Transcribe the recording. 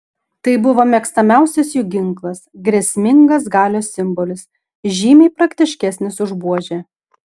tai buvo mėgstamiausias jų ginklas grėsmingas galios simbolis žymiai praktiškesnis už buožę